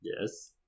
Yes